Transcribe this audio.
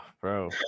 bro